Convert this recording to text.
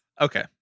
Okay